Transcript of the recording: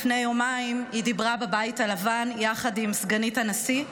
לפני יומיים היא דיברה בבית הלבן יחד עם סגנית הנשיא,